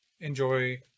enjoy